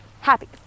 happy